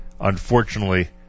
unfortunately